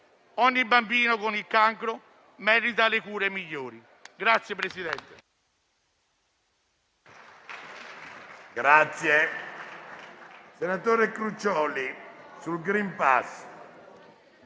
Ogni bambino con il cancro merita le cure migliori.